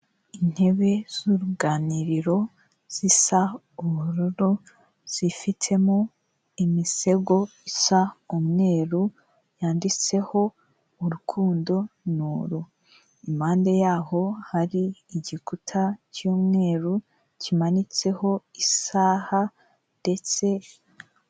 Intebe z'uruganiriro zisa ubururu, zifitemo imisego isa umweru, yanditseho urukundo ni uru, impande yaho hari igikuta cy'umweru, kimanitseho isaha, ndetse.